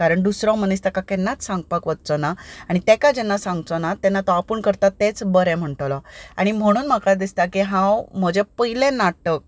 कारण दुसरो मनीस ताका केन्नाच सांगपाक वचचो ना आनी ताका जेन्ना सांगचो ना तेन्ना तो आपूण करता तेंच बरें म्हणटलो आनी म्हणून म्हाका दिसता की हांव म्हजें पयलें नाटक